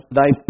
thy